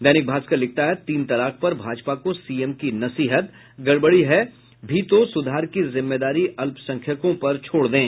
दैनिक भास्कर लिखता है तीन तलाक पर भाजपा को सीएम की नसीहत गड़बड़ी है भी तो सुधार की जिम्मेदारी अल्पसंख्यकों पर छोड़ दें